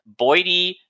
Boydie